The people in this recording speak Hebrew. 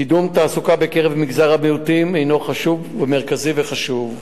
קידום תעסוקה בקרב מגזר המיעוטים הוא מרכזי וחשוב.